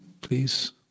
please